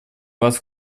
вас